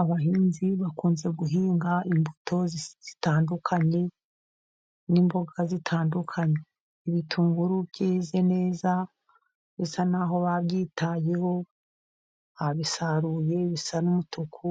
Abahinzi bakunze guhinga imbuto zitandukanye n'imboga zitandukanye. Ibitunguru byeze neza bisa naho babyitayeho, babisaruye bisa n'umutuku.